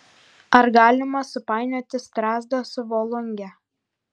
ar galima supainioti strazdą su volunge